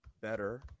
better